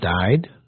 died